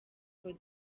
for